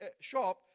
shop